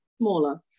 Smaller